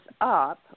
up